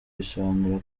bisobanura